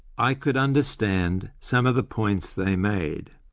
i could understand some of the points they made.